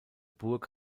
burg